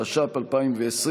התש"ף 2020,